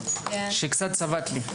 שקצת צבט לי.